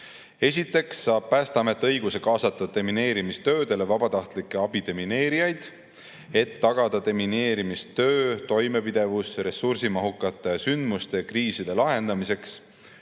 Esiteks saab Päästeamet õiguse kaasata demineerimistöödel vabatahtlikke abidemineerijaid, et tagada demineerimistöö toimepidevus ressursimahukate sündmuste ja kriiside lahendamiseks.